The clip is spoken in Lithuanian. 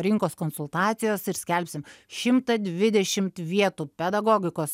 rinkos konsultacijos ir skelbsim šimtą dvidešimt vietų pedagogikos